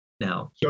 now